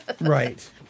Right